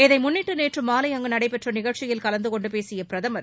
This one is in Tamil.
இதை முன்னிட்டு நேற்று மாலை அங்கு நடைபெற்ற நிகழ்ச்சியில் கலந்து கொண்டு பேசிய பிரதமர்